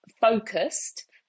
focused